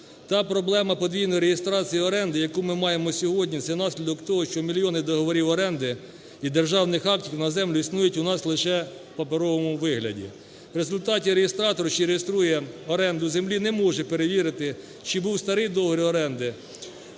Та проблема подвійної реєстрації оренди, яку ми маємо сьогодні, це наслідок того, що мільйони договорів оренди і державних актів на землю існують у нас лише в паперовому вигляді. В результаті реєстратор, що реєструє оренду землі, не може перевірити, чи був старий договір оренди,